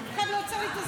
אף אחד לא עוצר לי את הזמן.